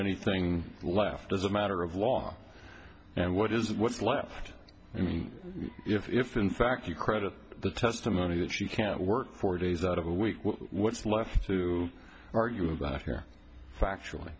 anything left as a matter of law and what is what's left i mean if in fact you credit the testimony that you can work four days out of a week what's left to argue about here factually